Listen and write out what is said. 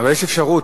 יש אפשרות,